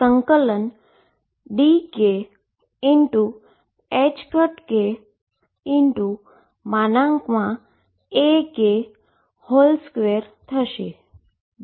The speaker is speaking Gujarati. તેથી ઈન્ટીગ્રેશન ∫dk ℏk Ak2 થશે